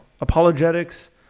Apologetics